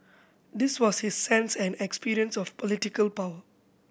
this was his sense and experience of political power